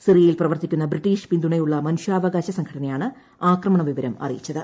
സിറിയയിൽ പ്രവർത്തിക്കുന്ന ബ്രിട്ടീഷ് പിന്തുണയുള്ള മനുഷ്യാവകാശ സംഘടനയാണ് ആക്രമണ വിവരം അറിയിച്ചത്